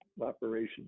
operation